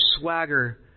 swagger